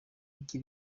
igi